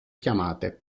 chiamate